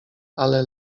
ale